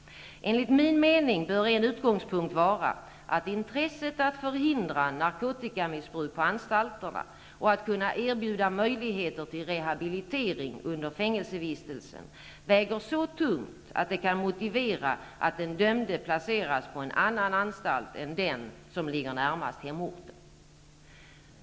Enligt min mening bör en utgångspunkt vara att intresset att förhindra narkotikamissbruk på anstalterna och att kunna erbjuda möjligheter till rehabilitering under fängelsevistelsen väger så tungt att det kan motivera att den dömde placeras på en annan anstalt än den som ligger närmast hemorten.